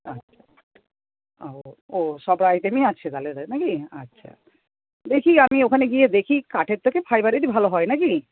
আচ্ছা আর ও সব আয়োজনই আছে তাহলে তো নাকি ও আচ্ছা দেখি আমি ওখানে গিয়ে দেখি কাঠের থেকে ফাইভারেরই ভালো হয় নাকি